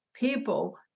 People